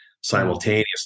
simultaneously